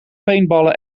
paintballen